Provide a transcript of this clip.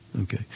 Okay